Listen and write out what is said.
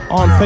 on